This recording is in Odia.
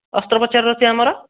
ଅସ୍ତ୍ରୋପଚାରର ସେ ଆମର